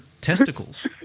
testicles